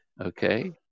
okay